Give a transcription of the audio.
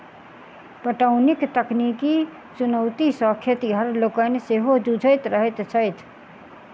पटौनीक तकनीकी चुनौती सॅ खेतिहर लोकनि सेहो जुझैत रहैत छथि